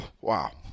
wow